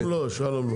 לא שלום.